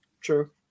True